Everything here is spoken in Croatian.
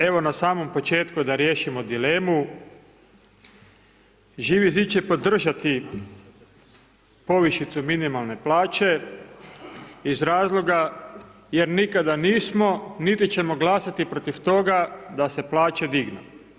Evo na samom početku da riješimo dilemu, Živi zid će podržati povišicu minimalne plaće iz razloga jer nikada nismo niti ćemo glasati protiv toga da se plaće dignu.